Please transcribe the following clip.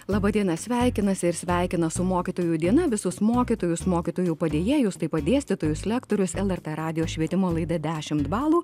laba diena sveikinasi ir sveikina su mokytojų diena visus mokytojus mokytojų padėjėjus taip pat dėstytojus lektorius lrt radijo švietimo laida dešimt balų